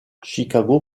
chicago